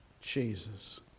Jesus